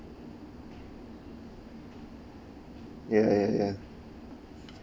ya ya ya